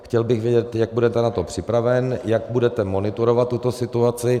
Chtěl bych vědět, jak budete na to připraven, jak budete monitorovat tuto situaci.